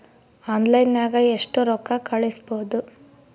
ಆನ್ಲೈನ್ನಾಗ ಎಷ್ಟು ರೊಕ್ಕ ಕಳಿಸ್ಬೋದು